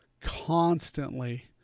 constantly